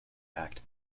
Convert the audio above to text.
act